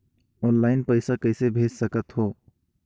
Online पइसा कइसे भेज सकत हो?